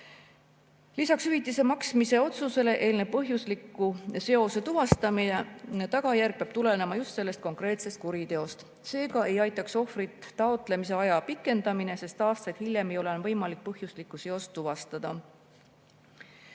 Hüvitise maksmise otsusele eelneb põhjusliku seose tuvastamine. Tagajärg peab tulenema just sellest konkreetsest kuriteost. Seega ei aitaks ohvrit taotlemise aja pikendamine, sest aastaid hiljem ei ole võimalik põhjuslikku seost tuvastada.